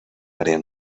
área